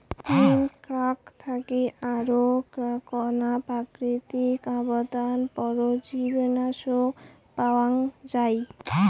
নিম ক্যাক থাকি আরো এ্যাকনা প্রাকৃতিক আবাদ পরজীবীনাশক পাওয়াঙ যাই